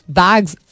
bags